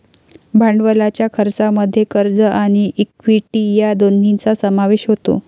भांडवलाच्या खर्चामध्ये कर्ज आणि इक्विटी या दोन्हींचा समावेश होतो